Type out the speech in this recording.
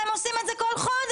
והם עושים את זה כל חודש,